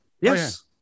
Yes